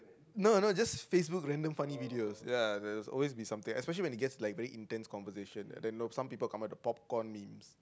no no just Facebook random funny videos ya there's always be something especially when it gets like very intense conversation then nope some people comment the popcorn memes